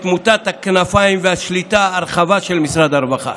מוטת הכנפיים והשליטה הרחבה של משרד הרווחה.